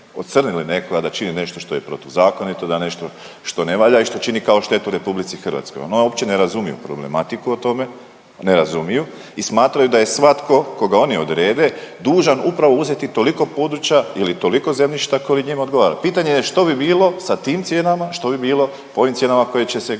ocrnili nekoga da čini nešto što je protuzakonito, da nešto što ne valja i što čini kao štetu RH. No uopće ne razumiju problematiku o tome, ne razumiju i smatraju da je svatko koga oni odrede dužan upravo uzeti toliko područja ili toliko zemljišta koje njima odgovara. Pitanje je što bi bilo sa tim cijenama, što bi bilo po ovim cijenama koje će se